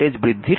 উভয়ের অর্থ একই